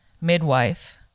midwife